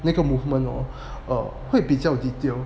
那个 movement hor 会比较 detail